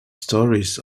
stories